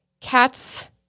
Cats